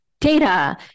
data